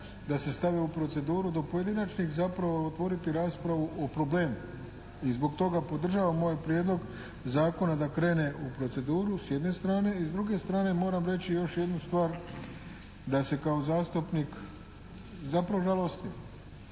da se stave u proceduru dok pojedinačnih zapravo otvoriti raspravu o problemu. I zbog toga podržavam moj prijedlog zakona da krene u proceduru, s jedne strane. I s druge strane moram reći još jednu stvar, da se kao zastupnik zapravo žalostim